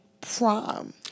prom